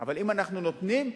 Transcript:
אבל אם אנחנו נותנים,